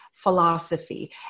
philosophy